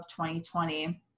2020